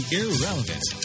irrelevant